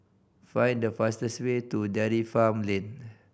find the fastest way to Dairy Farm Lane